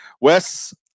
Wes